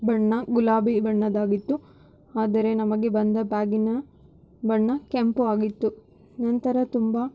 ಬಣ್ಣ ಗುಲಾಬಿ ಬಣ್ಣದ್ದಾಗಿತ್ತು ಆದರೆ ನಮಗೆ ಬಂದ ಬ್ಯಾಗಿನ ಬಣ್ಣ ಕೆಂಪು ಆಗಿತ್ತು ನಂತರ ತುಂಬ